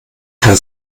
kann